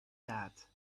that